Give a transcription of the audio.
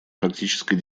практической